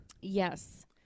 Yes